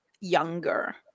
younger